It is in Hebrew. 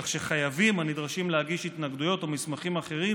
כך שחייבים הנדרשים להגיש התנגדויות או מסמכים אחרים